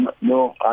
no